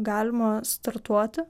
galima startuoti